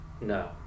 No